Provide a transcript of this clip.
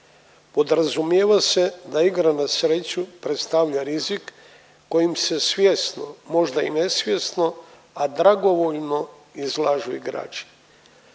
Podrazumijeva se da igra na sreću predstavlja rizik kojim se svjesno možda i nesvjesno a dragovoljno izlažu igrači.